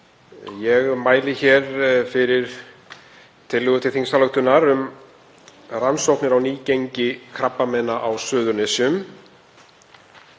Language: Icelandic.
Ég mæli hér fyrir tillögu til þingsályktunar um rannsóknir á nýgengi krabbameina á Suðurnesjum.